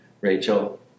Rachel